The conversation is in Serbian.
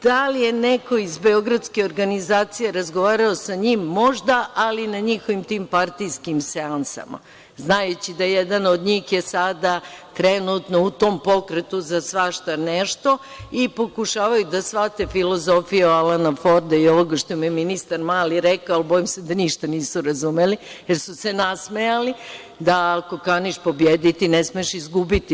Da li je neko iz beogradske organizacije razgovarao sa njim, možda, ali na njihovim tim partijskim seansama, znajući da je jedan od njih sada trenutno u tom pokretu za svašta nešto i pokušavaju da shvate filozofiju Alana Forda i ovoga što je ministar Mali rekao, bojim se da ništa nisu razumeli, jer su se nasmejali, da ako kaniš pobediti ne smeš izgubiti.